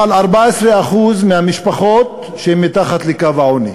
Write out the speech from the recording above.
אומרים ש-14% מהמשפחות הן מתחת לקו העוני,